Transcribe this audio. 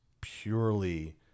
purely